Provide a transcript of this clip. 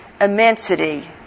immensity